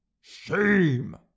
Shame